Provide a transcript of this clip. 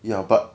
ya but